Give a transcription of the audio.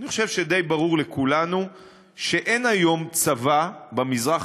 אני חושב שדי ברור לכולנו שאין היום צבא במזרח